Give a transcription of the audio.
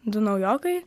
du naujokai